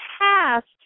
past